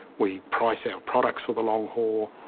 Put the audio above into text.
we price our products for the long haul.